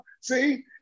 see